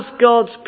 god's